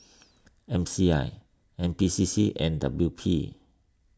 M C I N P C C and W P